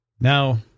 Now